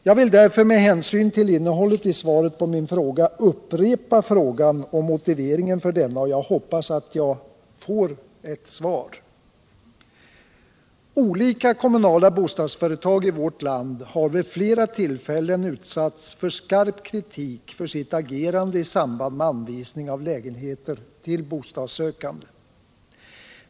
Jag vill därför med hänsyn till innehållet i svaret på min fråga upprepa frågan och motiveringen för densamma, och jag hoppas att jag får ett svar: Olika kommunala bostadsföretag i vårt land har vid flera tillfällen utsatts för skarp kritik för sitt agerande i samband med anvisning av lägenheter till bostadssökande.